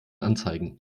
anzeigen